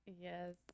Yes